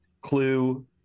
clue